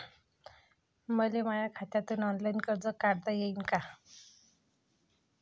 मले माया खात्यातून ऑनलाईन कर्ज काढता येईन का?